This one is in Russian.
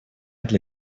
для